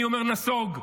אני אומר: ניסוג.